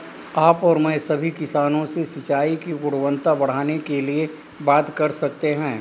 आप और मैं सभी किसानों से सिंचाई की गुणवत्ता बढ़ाने के लिए बात कर सकते हैं